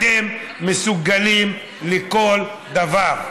אתם מסוגלים לכל דבר.